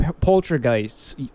poltergeists